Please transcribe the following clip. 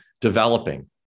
developing